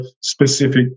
specific